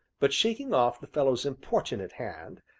but shaking off the fellow's importunate hand,